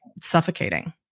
suffocating